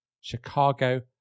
Chicago